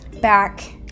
back